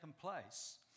place